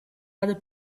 other